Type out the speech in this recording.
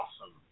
awesome